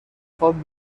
خواب